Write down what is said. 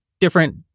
different